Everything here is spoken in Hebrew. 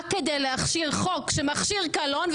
רק כדי להכשיר חוק שמכשיר קלון,